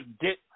get